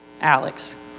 Alex